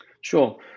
Sure